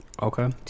Okay